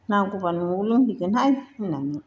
नांगौबा न'आव लोंहैगोनहाय होननानै